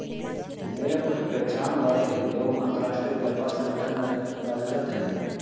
मेरे कुछ पहचान वाले लोग अंतर्राष्ट्रीय व्यापार संगठन में कार्यरत है